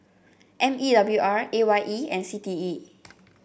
M E W R A Y E and C T E